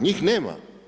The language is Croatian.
Njih nema.